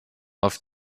auf